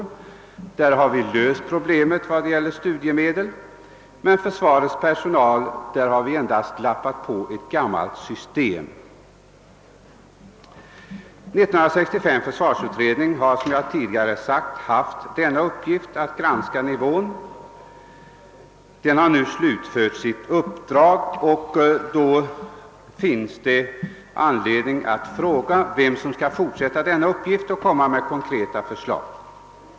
För dem har vi löst problemet genom bestämmelserna om studiemedel, men för försvarets värnpliktiga personal har vi endast lagt en och annan lapp på ett gammalt täcke. 1965 års försvarsutredning har, som jag tidigare sagt, haft till uppgift att granska nivån i fråga om de värnpliktigas förmåner. Den har nu slutfört sitt uppdrag, och vem skall då fortsätta och fullfölja uppgiften samt lägga fram konkreta förslag?